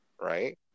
right